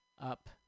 up